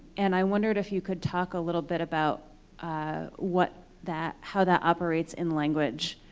and i wondered if you could talk a little bit about what that how that operates in language?